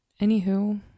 anywho